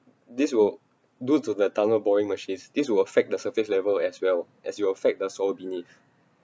this would due to the tunnel boring machines this will affect the surface level as well as you'll affect the soil beneath